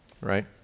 right